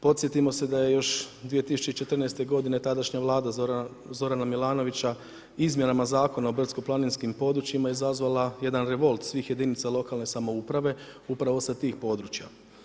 Podsjetimo se da je još 2014. g. tadašnja Vlada Zorana Milanovića izmjenama Zakona o brdsko-planinskim područjima izazvala jedan revolt svih jedinica lokalne samouprave upravo sa tih područja.